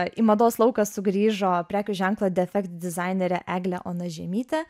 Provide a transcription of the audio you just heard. į mados lauką sugrįžo prekių ženklo defekt dizainerė eglė ona žiemytė